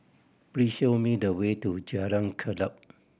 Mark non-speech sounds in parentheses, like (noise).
please show me the way to Jalan (unintelligible)